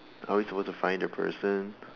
are we supposed to find the person